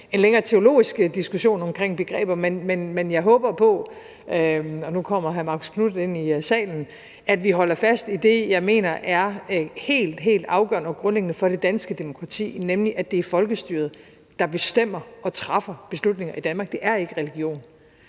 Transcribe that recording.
have en længere teologisk diskussion om begreber, men jeg håber på – og nu kommer hr. Marcus Knuth ind i salen – at vi holder fast i det, jeg mener er helt, helt afgørende og grundlæggende for det danske demokrati, nemlig at det er folkestyret, der bestemmer og træffer beslutninger i Danmark. Det er ikke religion.